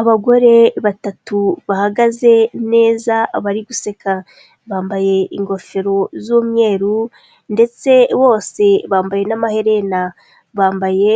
Abagore batatu bahagaze neza bari guseka bambaye ingofero z'umweru ndetse bose bambaye n'amaherena. Bambaye